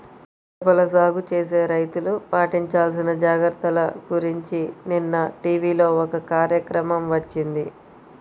చేపల సాగు చేసే రైతులు పాటించాల్సిన జాగర్తల గురించి నిన్న టీవీలో ఒక కార్యక్రమం వచ్చింది